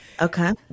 Okay